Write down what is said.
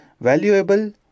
valuable